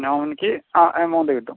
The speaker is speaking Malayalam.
നവമിക്ക് ആ എമൗണ്ട് കിട്ടും